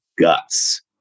guts